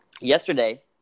yesterday